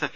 F